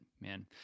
man